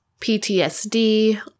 PTSD